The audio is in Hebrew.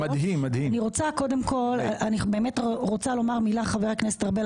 אני באמת רוצה לומר מילה, חבר הכנסת ארבל.